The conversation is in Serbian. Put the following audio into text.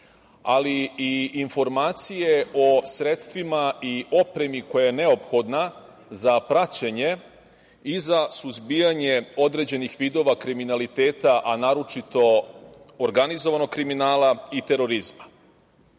ali i informacije o sredstvima i opremi koja je neophodna za praćenje i za suzbijanje određenih vidova kriminaliteta, a naročito organizovanog kriminala i terorizma.Zašto